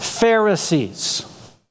Pharisees